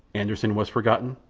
anderssen was forgotten,